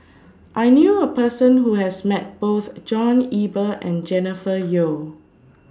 I knew A Person Who has Met Both John Eber and Jennifer Yeo